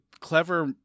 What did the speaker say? clever